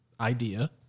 idea